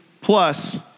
Plus